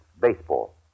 Baseball